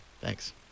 Thanks